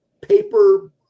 paper